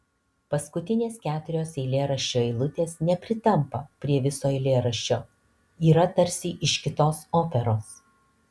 paskutinės keturios eilėraščio eilutės nepritampa prie viso eilėraščio yra tarsi iš kitos operos